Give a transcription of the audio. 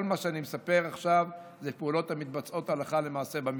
כל מה שאני מספר עכשיו זה פעולות המתבצעות הלכה למעשה במשרד.